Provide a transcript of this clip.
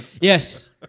Yes